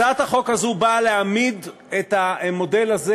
הצעת החוק הזו באה להעמיד את המודל הזה